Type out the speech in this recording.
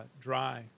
dry